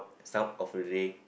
some of the day